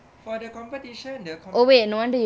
for the competition the comp~